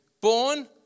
Born